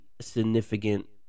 significant